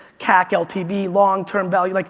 cac, ltb, long-term value, like